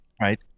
Right